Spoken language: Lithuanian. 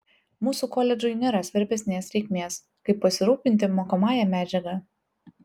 mūsų koledžui nėra svarbesnės reikmės kaip pasirūpinti mokomąja medžiaga